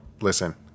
Listen